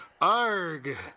arg